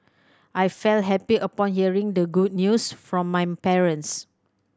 I felt happy upon hearing the good news from my parents